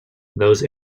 those